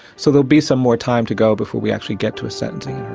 so there'll be some more time to go before we actually get to a sentencing